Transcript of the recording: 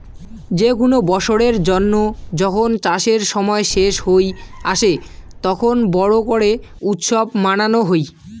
যে কুন বৎসরের জন্য যখন চাষের সময় শেষ হই আসে, তখন বড় করে উৎসব মানানো হই